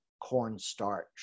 cornstarch